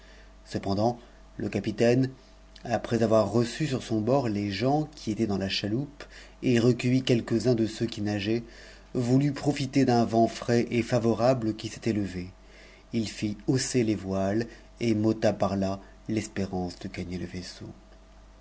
cependant le capitaine après avoir re sur son bord les gens qui étaient dans la chaloupe et recueilli quelquesuns de ceux qui nageaient voulut profiter d'un vent frais et favorable qui s'était levé it fit hausser les voiles et m'ôta par-là l'espérance de gaguer le vaisseau